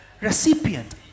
recipient